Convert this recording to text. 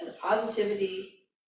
positivity